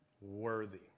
worthy